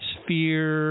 sphere